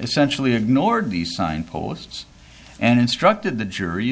essentially ignored the signposts and instructed the jury